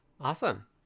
Awesome